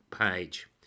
page